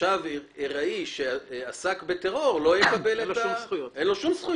תושב ארעי שעסק בטרור לא יקבל שום זכויות.